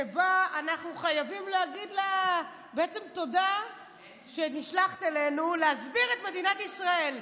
שבה אנחנו חייבים להגיד לה: תודה שנשלחת אלינו להסביר את מדינת ישראל.